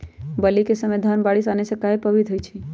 बली क समय धन बारिस आने से कहे पभवित होई छई?